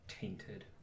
tainted